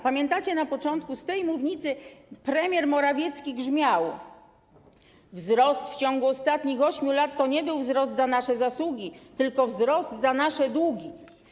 Pamiętacie, jak na początku z tej mównicy premier Morawiecki grzmiał: wzrost w ciągu ostatnich 8 lat to nie był wzrost za nasze zasługi, tylko wzrost za nasze długi.